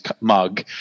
mug